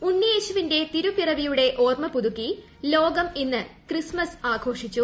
ഉണ്ണിയേശുവിന്റെ തിരുപ്പിറവിയുടെ ഓർമപുതുക്കി ലോകം ഇന്ന് ക്രിസ്മസ് ആഘോഷിച്ചു